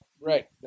Right